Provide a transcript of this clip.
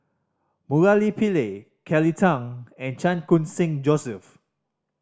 Murali Pillai Kelly Tang and Chan Khun Sing Joseph